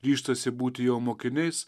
ryžtasi būti jo mokiniais